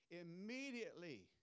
Immediately